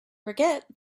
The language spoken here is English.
forget